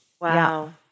Wow